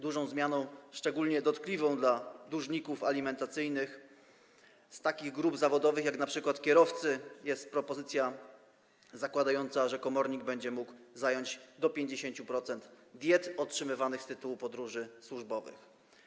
Dużą zmianą, szczególnie dotkliwą dla dłużników alimentacyjnych z takich grup zawodowych jak np. kierowcy, jest propozycja zakładająca, że komornik będzie mógł zająć do 50% diet otrzymywanych z tytułu podróży służbowych.